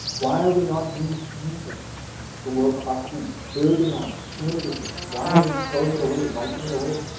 why are we not used using the work of our students, building on it communicatively, why are we throwing it away? wiping it away?